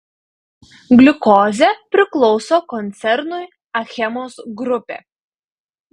gliukozė priklauso koncernui achemos grupė